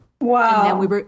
Wow